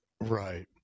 right